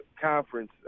conference